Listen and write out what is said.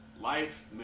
life